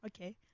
okay